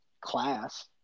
class